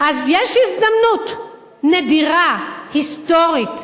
אז יש הזדמנות נדירה, היסטורית,